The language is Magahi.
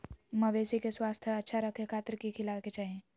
मवेसी के स्वास्थ्य अच्छा रखे खातिर की खिलावे के चाही?